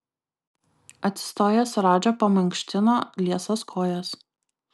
atsistojęs radža pamankštino liesas kojas